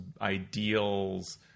ideals